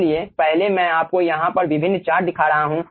इसलिए पहले मैं आपको यहाँ पर विभिन्न चार्ट दिखा रहा हूँ